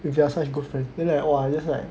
if we're such good friends then like !wah! just like